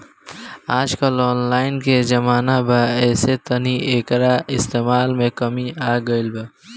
आजकल ऑनलाइन के जमाना बा ऐसे तनी एकर इस्तमाल में कमी आ गइल बा